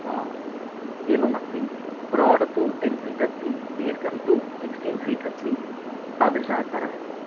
हा एवमस्ति ब्रोड् तु टेन् फ़ीट् अस्ति दीर्घं तु सिक्स्टीन् फ़ीट् अस्ति तादृशः आकारः अस्ति